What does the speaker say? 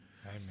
amen